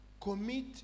commit